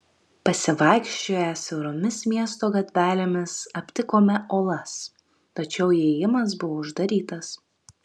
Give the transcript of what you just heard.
pasivaikščioję siauromis miesto gatvelėmis aptikome olas tačiau įėjimas buvo uždarytas